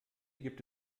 gibt